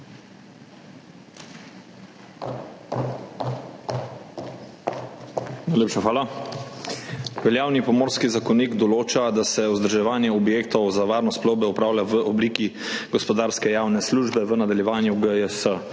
hvala. Veljavni Pomorski zakonik določa, da se vzdrževanje objektov za varnost plovbe opravlja v obliki gospodarske javne službe, v nadaljevanju GJS,